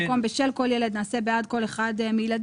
במקום: "בשל כל ילד" נעשה: "בעד כל אחד מילדיה",